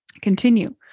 continue